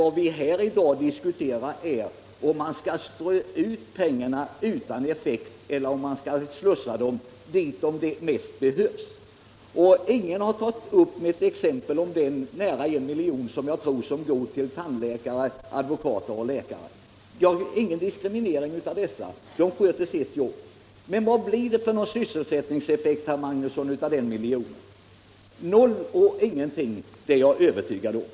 Vad vi diskuterar här i dag är emellertid om vi skall strö ut pengarna utan effekt, eller om vi skall slussa dem dit där de bäst behövs. Och ingen har tagit upp exemplet med den nära en miljon kronor som går till tandläkare, advokater och läkare. Jag vill inte diskriminera dem. De sköter sitt jobb. Men vad blir det för sysselsättningseffekt av den miljonen, herr Magnusson? Noll och ingenting — det är jag övertygad om.